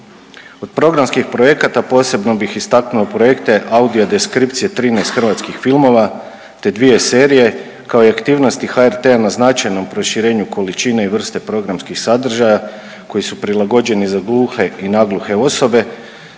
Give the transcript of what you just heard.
Od programskih projekata posebno bih istaknuo projekte audiodeskripcije 13 hrvatskih filmova te dvije serije, kao i aktivnosti HRT-a na značajnom proširenju količine i vrste programskih sadržaja koji su prilagođeni za gluhe i nagluhe osobe,